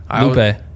Lupe